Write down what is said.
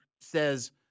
says